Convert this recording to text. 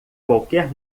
qualquer